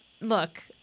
look